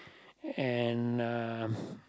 and um